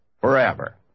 forever